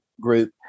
group